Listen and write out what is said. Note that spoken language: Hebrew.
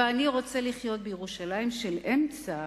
ואני רוצה לחיות בירושלים של אמצע,